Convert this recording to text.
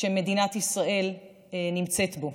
הגדול שמדינת ישראל נמצאת בו,